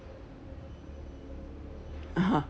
(uh huh)